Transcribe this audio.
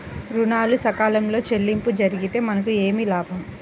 ఋణాలు సకాలంలో చెల్లింపు జరిగితే మనకు ఏమి లాభం?